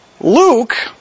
Luke